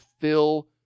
fill